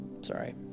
sorry